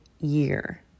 year